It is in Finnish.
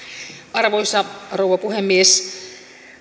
arvoisa rouva puhemies